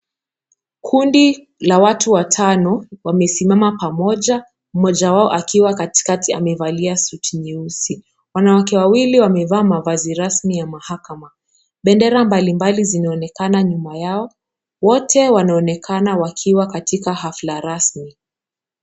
Kundi la watu watano wamesimama pamoja mmoja wao akiwa katikati amevalia suti nyeusi wanawake wawili wamevaa mavazi rasmi ya mahakama pendera mbalimbali zinaonekana nyuma yao wote wanaonekana wakiwa katika hafla rasmi.